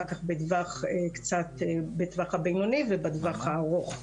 אחר כך בטווח הבינוני ובטווח הארוך.